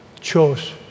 chose